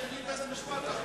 יחליט בית-המשפט.